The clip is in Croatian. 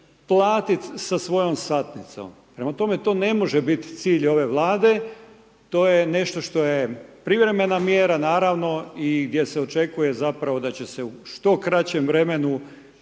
platit sa svojom satnicom, prema tome to ne može biti cilj ove Vlade, to je nešto što je privremena mjera naravno i gdje se očekuje zapravo da će se u što kraćem vremenu